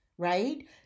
right